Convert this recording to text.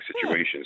situations